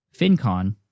FinCon